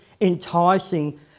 enticing